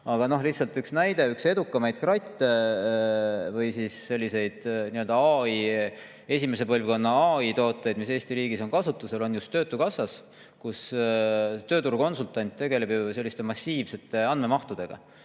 aga lihtsalt üks näide. Üks edukamaid kratte või siis nii-öelda esimese põlvkonna AI‑tooteid, mis Eesti riigis on kasutusel, on just töötukassas, kus tööturukonsultant tegeleb massiivsete andmemahtudega.